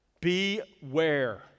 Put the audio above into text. Beware